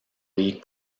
league